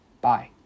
Bye